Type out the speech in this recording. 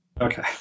okay